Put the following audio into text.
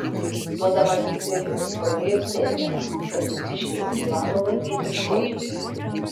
duodamas interviu puolėjas teigė kad mūsiškiai privalo laimėti škotijoje